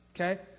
Okay